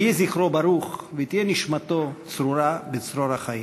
יהי זכרו ברוך ותהא נשמתו צרורה בצרור החיים.